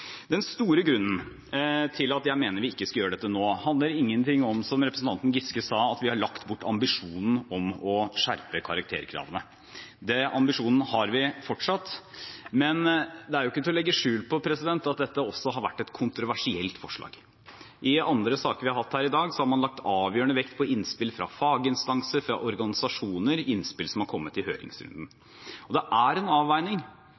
Den store grunnen til at jeg mener vi ikke skal gjøre dette nå, handler ikke om – som representanten Giske sa – at vi har lagt bort ambisjonen om å skjerpe karakterkravene. Den ambisjonen har vi fortsatt. Men det er ikke til å legge skjul på at dette også har vært et kontroversielt forslag. I andre saker vi har hatt her i dag, har man lagt avgjørende vekt på innspill fra faginstanser, fra organisasjoner, innspill som har kommet i høringsrunden. Det er en avveining